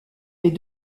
les